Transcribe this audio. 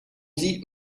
sieht